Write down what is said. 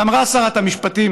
אמרה שרת המשפטים,